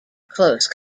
close